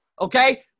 okay